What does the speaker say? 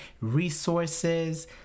resources